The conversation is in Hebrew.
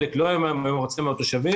על קרקע פרטית בעיקר.